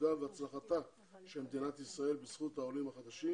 שגשוגה והצלחתה של מדינת ישראל בזכות העולים החדשים